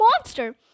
monster